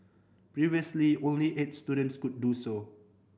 previously only eight students could do so